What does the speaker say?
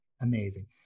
Amazing